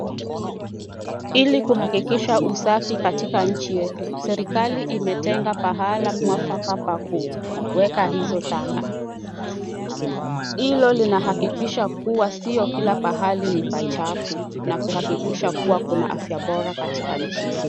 Ili kuhakikisha usafi katika nchi yetu serikali imetenga mahala mwafaka pa kuweka hizo taka hilo lihakikisha kuwa sio kila pahali ni pachafu na kuhakikisha kuwa kuna afya bora katika nchi yetu.